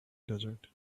desert